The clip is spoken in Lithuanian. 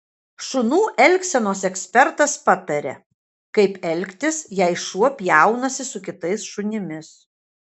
šunų elgsenos ekspertas pataria kaip elgtis jei šuo pjaunasi su kitais šunimis